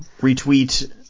retweet